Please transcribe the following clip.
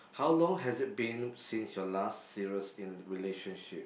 how long has it been since your last serious in relationship